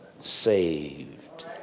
saved